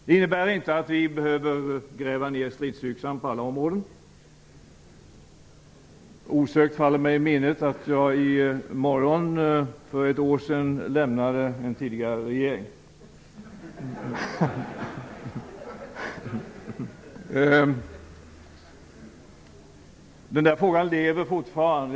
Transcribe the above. Det innebär inte att vi behöver gräva ner stridsyxan på alla områden. Osökt faller det mig i minnet att jag i morgon för ett år sedan lämnade en tidigare regering. Den frågan lever fortfarande.